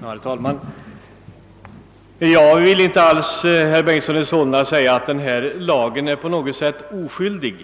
Herr talman! Jag vill inte alls, herr Bengtson i Solna, säga att denna lag på något sätt är oskyldig.